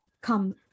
come